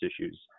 issues